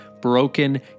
broken